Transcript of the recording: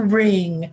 ring